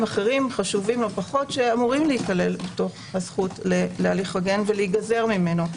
אחרים חשובים או פחות שאמורים להיכלל בזכות להליך הוגן ולהיגזר ממנו.